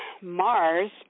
Mars